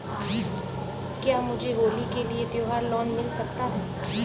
क्या मुझे होली के लिए त्यौहार लोंन मिल सकता है?